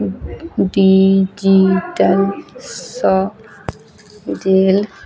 digital सऽ Dell